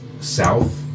south